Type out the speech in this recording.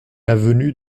avenue